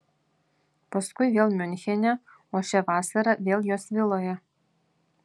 paskui vėl miunchene o šią vasarą vėl jos viloje